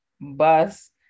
bus